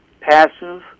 passive